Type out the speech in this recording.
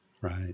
Right